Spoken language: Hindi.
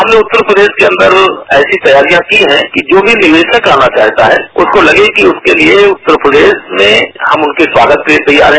हमने उत्तर प्रदेश के अन्दर ऐसी तैयारियां की है जो भी निवेश्यक आना चाहता है उसको लगे कि उसके लिये उत्तर प्रदेश में हम उसके स्वागत के लिये तैयार है